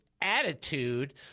attitude